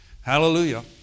Hallelujah